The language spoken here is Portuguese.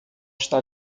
está